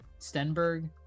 Stenberg